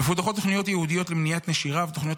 מפותחות תוכניות ייעודיות למניעת נשירה ותוכניות